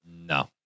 No